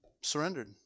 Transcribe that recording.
Surrendered